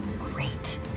Great